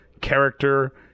character